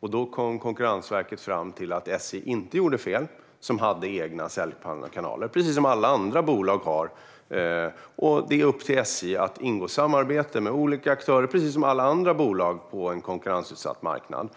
Då kom Konkurrensverket fram till att SJ inte gjorde fel som har egna säljkanaler, precis som alla andra bolag har, och att det är upp till SJ att ingå samarbete med olika aktörer, precis som för alla andra bolag på en konkurrensutsatt marknad.